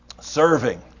serving